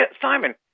Simon